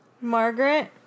Margaret